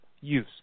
use